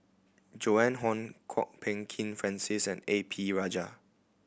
Joan Hon Kwok Peng Kin Francis and A P Rajah